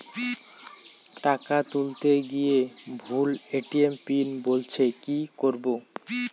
টাকা তুলতে গিয়ে ভুল এ.টি.এম পিন বলছে কি করবো?